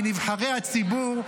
מנבחרי הציבור,